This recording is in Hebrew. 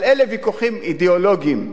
אבל אלה ויכוחים אידיאולוגיים.